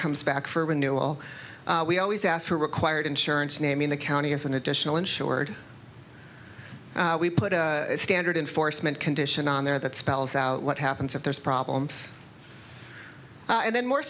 comes back for renewal we always ask for required insurance naming the county as an additional insured we put a standard in force mint condition on there that spells out what happens if there's problems and